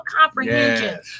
comprehension